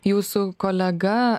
jūsų kolega